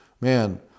Man